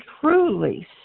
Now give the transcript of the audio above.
truly